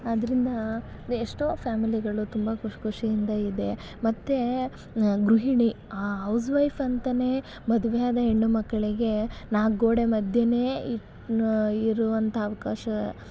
ಅದರಿಂದ ಎಷ್ಟೋ ಫ್ಯಾಮಿಲಿಗಳು ತುಂಬ ಖುಷಿ ಖುಷಿಯಿಂದ ಇದೆ ಮತ್ತೆ ಗೃಹಿಣಿ ಹೌಸ್ ವೈಫ್ ಅಂತಲೇ ಮದುವೆಯಾದ ಹೆಣ್ಣು ಮಕ್ಕಳಿಗೆ ನಾಲ್ಕು ಗೋಡೆ ಮಧ್ಯವೇ ಇರುವಂಥ ಅವಕಾಶ